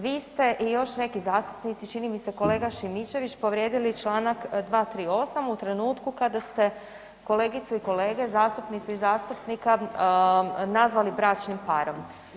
Vi ste i još neki zastupnici, čini mi se kolega Šimičević povrijedili članak 238. u trenutku kada ste kolegicu i kolegu, zastupnicu i zastupnika nazvali bračnim parom.